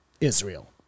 Israel